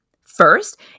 First